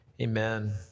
Amen